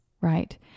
right